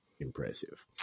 impressive